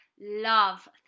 love